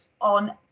on